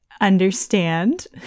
understand